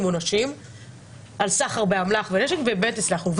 עונשים על סחר באמל"ח ונשק ובאמת הצלחנו.